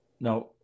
Now